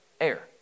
air